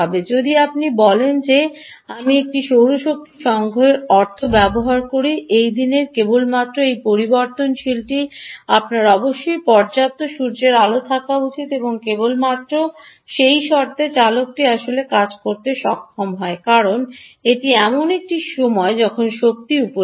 যদি আপনি বলেন যে আমি একটি সৌর শক্তি সংগ্রহের অর্থ ব্যবহার করি যে দিনের কেবলমাত্র এই পরিবর্তনশীলটি আপনার অবশ্যই পর্যাপ্ত সূর্যের আলো থাকা উচিত এবং কেবলমাত্র সেই শর্তে চলকটি আসলে কাজ করতে সক্ষম হয় কারণ এটি এমন একটি সময় যখন শক্তি উপলব্ধ